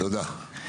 תודה.